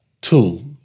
tool